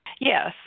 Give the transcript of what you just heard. Yes